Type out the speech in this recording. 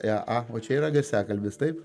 va čia yra garsiakalbis taip